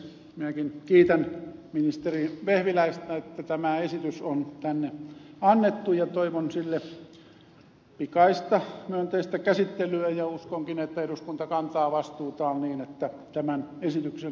minäkin kiitän ministeri vehviläistä siitä että tämä esitys on tänne annettu ja toivon sille pikaista myönteistä käsittelyä ja uskonkin että eduskunta kantaa vastuutaan niin että tämän esityksen hyväksyy